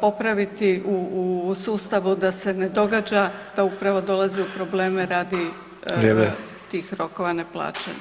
popraviti u sustavu da se ne događa da upravo dolazi u probleme radi [[Upadica: Vrijeme.]] tih rokova neplaćanja.